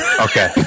Okay